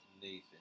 Nathan